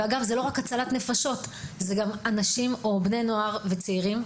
זה גם בני נוער וצעירים.